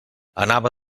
anava